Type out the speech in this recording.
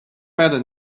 matter